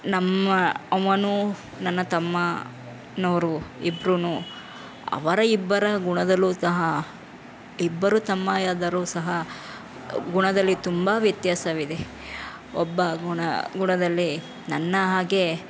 ನಮ್ಮ ಅವನು ನನ್ನ ತಮ್ಮನವ್ರು ಇಬ್ಬರೂನು ಅವರ ಇಬ್ಬರ ಗುಣದಲ್ಲೂ ಸಹ ಇಬ್ಬರು ತಮ್ಮ ಆದರು ಸಹ ಗುಣದಲ್ಲಿ ತುಂಬ ವ್ಯತ್ಯಾಸವಿದೆ ಒಬ್ಬ ಗುಣ ಗುಣದಲ್ಲಿ ನನ್ನ ಹಾಗೆ